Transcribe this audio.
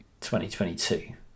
2022